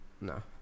no